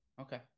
okay